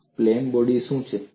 અને plain body શું છે